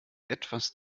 etwas